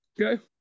Okay